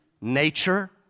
nature